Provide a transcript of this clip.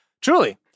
Truly